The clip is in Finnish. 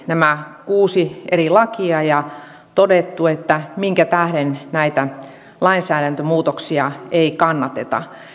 nämä kuusi eri lakia ja todettu minkä tähden näitä lainsäädäntömuutoksia ei kannateta